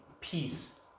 peace